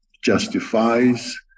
justifies